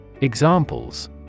Examples